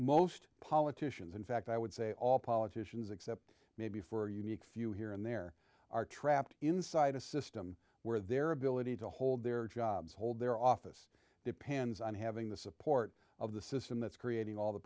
most politicians in fact i would say all politicians except maybe for unique few here and there are trapped inside a system where their ability to hold their jobs hold their office depends on having the support of the system that's creating all the